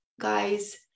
guys